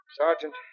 Sergeant